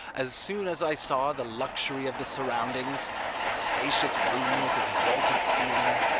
as soon as i saw the luxury of the surroundings the spacious room with its vaulted ceiling,